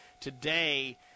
Today